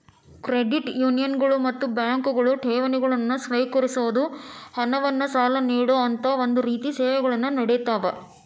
credit ಯೂನಿಯನ್ಗಳು ಮತ್ತ ಬ್ಯಾಂಕ್ಗಳು ಠೇವಣಿಗಳನ್ನ ಸ್ವೇಕರಿಸೊದ್, ಹಣವನ್ನ್ ಸಾಲ ನೇಡೊಅಂತಾ ಒಂದ ರೇತಿ ಸೇವೆಗಳನ್ನ ನೇಡತಾವ